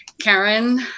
Karen